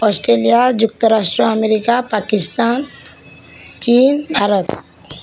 Australia ଯୁକ୍ତରାଷ୍ଟ୍ର America Pakistan ଚୀନ୍ ଭାରତ